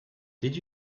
did